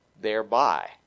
thereby